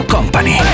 Company